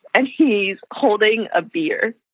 and he's holding a beer